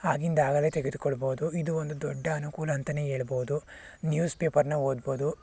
ಆಗಿಂದಾಗಲೇ ತೆಗೆದುಕೊಳ್ಬೋದು ಇದು ಒಂದು ದೊಡ್ಡ ಅನುಕೂಲ ಅಂತಾನೆ ಹೇಳ್ಬೋದು ನ್ಯೂಸ್ ಪೇಪರನ್ನ ಓದ್ಬೋದು